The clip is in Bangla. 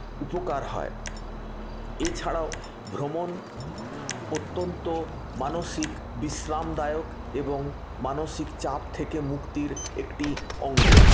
উপকার হয় এছাড়াও ভ্রমণ অত্যন্ত মানসিক বিশ্রামদায়ক এবং মানসিক চাপ থেকে মুক্তির একটি অঙ্গ